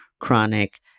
chronic